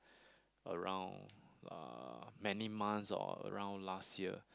around uh many months or around last year